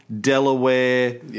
Delaware